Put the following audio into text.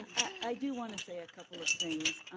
i do wanna say a couple of things.